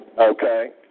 Okay